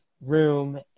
Room